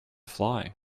fly